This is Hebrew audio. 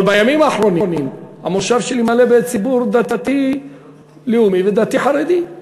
אבל בימים האחרונים המושב שלי מלא בציבור דתי-לאומי ודתי-חרדי.